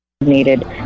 needed